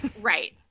Right